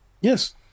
Yes